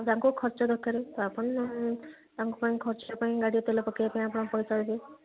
ତାଙ୍କୁ ଖର୍ଚ୍ଚ ଦରକାର ଆପଣ ତାଙ୍କ ପାଇଁ ଖର୍ଚ୍ଚ ପାଇଁ ଗାଡ଼ିରେ ତେଲ ପକାଇବା ପାଇଁ ଆପଣ ପଇସା ଦେବେ